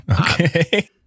okay